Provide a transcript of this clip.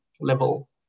level